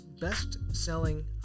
best-selling